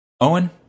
Owen